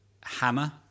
hammer